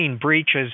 breaches